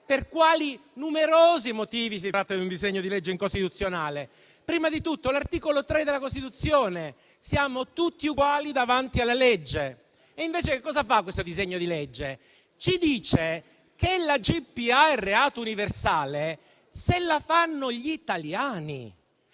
per quali numerosi motivi questo è un disegno di legge incostituzionale. Prima di tutto, l'articolo 3 della Costituzione recita che siamo tutti uguali davanti alla legge. Invece che cosa fa questo disegno di legge? Questo disegno di legge ci dice che la GPA è reato universale se la fanno gli italiani,